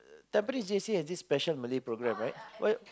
Tampines J_C has this special Malay programme right what